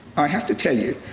i have to tell you,